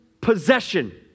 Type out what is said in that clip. possession